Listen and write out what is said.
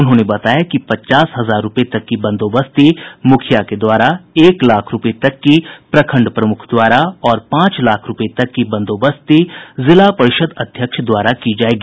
उन्होंने बताया कि पचास हजार रूपये तक की बंदोबस्ती मुखिया के द्वारा एक लाख रूपये तक की प्रंखड प्रमुख द्वारा और पांच लाख रूपये तक की बंदोबस्ती जिला परिषद अध्यक्ष द्वारा की जायेगी